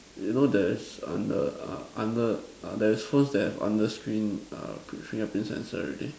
you know there's under uh under uh there's phone that have under screen err print finger print sensor already